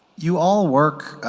you all work